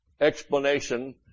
Explanation